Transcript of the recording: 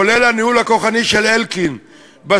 כולל הניהול הכוחני של חבר הכנסת